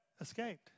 escaped